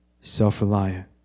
self-reliant